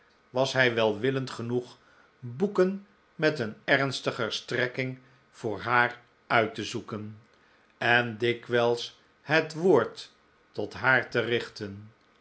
was hij welwillend genoeg boeken met een ernstiger strekking voor haar uit te zoeken en dikwijls het woord tot haar te richten